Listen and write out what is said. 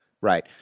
Right